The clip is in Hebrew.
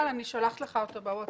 אשלח לך את הנוהל בווצאפ.